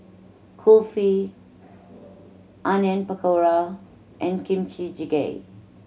Kulfi Onion Pakora and Kimchi Jjigae